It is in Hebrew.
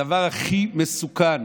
הדבר הכי מסוכן